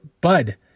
bud